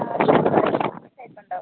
ആ ഷർട്ട് പോലെയുള്ള ടൈപ്പ് ഉണ്ടോ